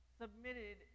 submitted